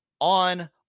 on